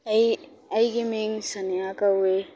ꯑꯩ ꯑꯩꯒꯤ ꯃꯤꯡ ꯁꯣꯅꯤꯌꯥ ꯀꯧꯏ